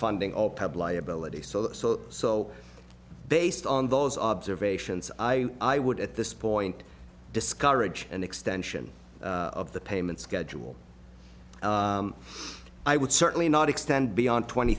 funding all pub liability so so so based on those observations i i would at this point discourage an extension of the payment schedule i would certainly not extend beyond twenty